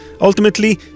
Ultimately